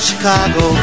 Chicago